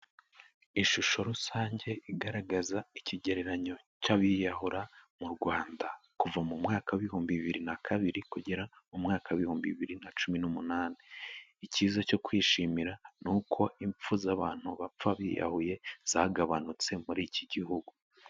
Ishusho rusange igaragaza ikigereranyo cy'abiyahura mu Rwanda, kuva mu mwaka w'ibihumbi bibiri na kabiri kugera mu mwaka w'ibihumbi bibiri na cumi n'umunani, icyiza cyo kwishimira ni uko impfu z'abantu bapfa biyahuye zagabanutse muri iki gihugu.